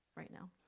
right now.